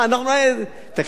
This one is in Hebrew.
תקשיב,